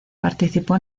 participó